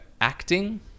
acting